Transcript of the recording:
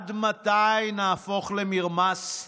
עד מתי נהפוך למרמס?